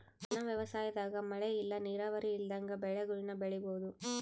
ಒಣ ವ್ಯವಸಾಯದಾಗ ಮಳೆ ಇಲ್ಲ ನೀರಾವರಿ ಇಲ್ದಂಗ ಬೆಳೆಗುಳ್ನ ಬೆಳಿಬೋಒದು